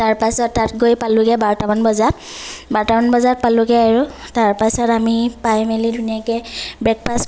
তাৰপাছত তাত গৈ পালোগৈ বাৰটামান বজাত বাৰটামান বজাত পালোগৈ আৰু তাৰ পাছত আমি পাই মেলি ধুনীয়াকৈ